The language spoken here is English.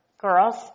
girls